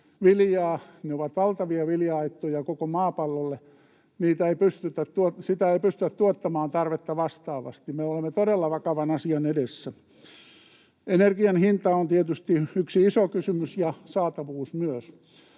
Ne ovat valtavia vilja-aittoja koko maapallolle. Sitä ei pystytä tuottamaan tarvetta vastaavasti. Me olemme todella vakavan asian edessä. Energian hinta on tietysti yksi iso kysymys ja saatavuus myös.